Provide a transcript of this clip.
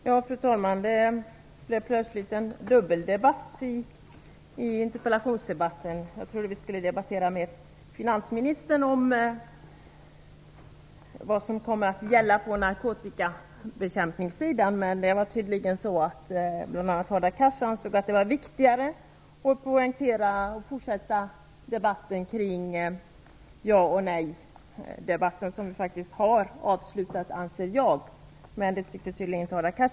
Fru talman! Interpellationsdebatten blev plötsligt en dubbeldebatt. Jag trodde att vi skulle debattera med finansministern om vad som kommer att gälla på narkotikabekämpningssidan, men bl.a. Hadar Cars ansåg tydligen att det var viktigare att fortsätta ja och nejdebatten. Jag anser att vi har avslutat den debatten, men det tyckte tydligen inte Hadar Cars.